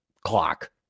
clock